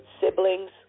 siblings